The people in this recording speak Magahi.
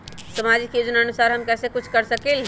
सामाजिक योजनानुसार हम कुछ कर सकील?